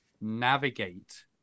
navigate